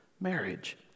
marriage